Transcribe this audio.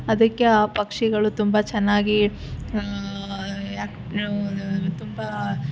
ಅದಕ್ಕೆ ಆ ಪಕ್ಷಿಗಳು ತುಂಬ ಚೆನ್ನಾಗಿ ತುಂಬ